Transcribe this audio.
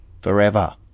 forever